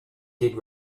did